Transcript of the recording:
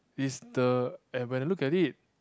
is the and when I look at it